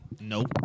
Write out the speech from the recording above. Nope